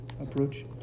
approach